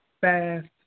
fast